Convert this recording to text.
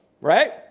right